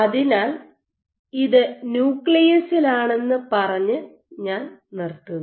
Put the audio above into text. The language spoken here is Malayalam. അതിനാൽ ഇത് ന്യൂക്ലിയസിലാണെന്ന് പറഞ്ഞ് ഞാൻ നിർത്തുന്നു